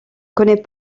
connaît